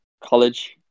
college